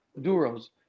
duros